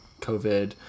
COVID